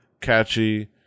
catchy